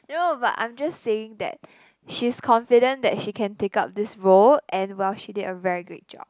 no but I'm just saying that she's confident that she can take up this role and well she did a very good job